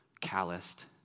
calloused